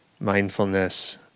mindfulness